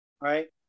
right